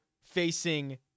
facing